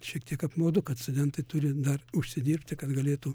šiek tiek apmaudu kad studentai turi dar užsidirbti kad galėtų